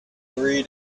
three